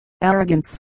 arrogance